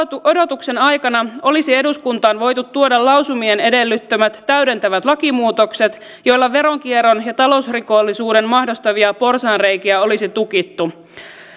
odotuksen aikana olisi eduskuntaan voitu tuoda lausumien edellyttämät täydentävät lakimuutokset joilla veronkierron ja talousrikollisuuden mahdollistavia porsaanreikiä olisi tukittu